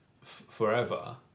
forever